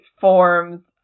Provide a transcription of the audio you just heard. forms